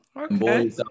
okay